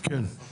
אנחנו